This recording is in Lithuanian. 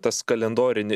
tas kalendorini